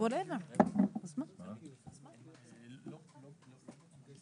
ויש לו רכב רפואי בכלל לא צריך להחזיר